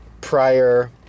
prior